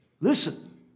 Listen